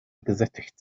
gesättigt